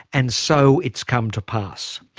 and so it's come to pass.